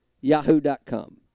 Yahoo.com